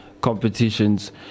competitions